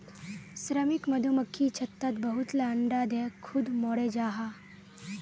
श्रमिक मधुमक्खी छत्तात बहुत ला अंडा दें खुद मोरे जहा